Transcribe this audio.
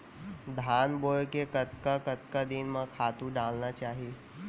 धान बोए के कतका कतका दिन म खातू डालना चाही?